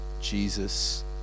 Jesus